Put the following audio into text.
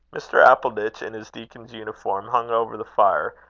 mr. appleditch, in his deacon's uniform, hung over the fire,